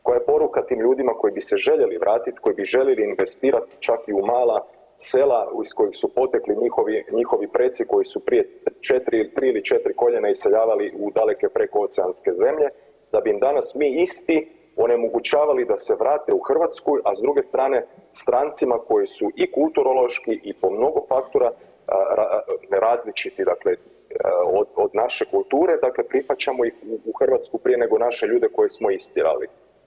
Koja je poruka tim ljudima koji bi se željeli vratit, koji bi željeli investirat čak i u mala sela iz kojih su potekli njihovi, njihovi preci koji su prije 4, 3 ili 4 koljena iseljavali u daleke prekooceanske zemlje da bi im danas mi isti onemogućavali da se vrate u Hrvatsku, a s druge strane strancima koji su i kulturološki i po mnogo faktora različiti, dakle od naše kulture, dakle prihvaćamo ih u Hrvatsku prije nego naše ljude koje smo istjerali.